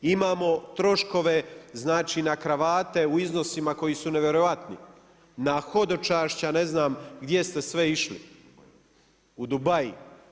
Imamo troškove znači na kravate u iznosima koji su nevjerojatni, na hodočašća ne znam gdje ste sve išli u Dubai.